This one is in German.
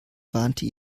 warnte